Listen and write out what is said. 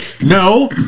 no